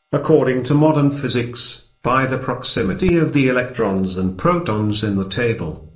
according to modern physics, by the proximity of the electrons and protons in the table.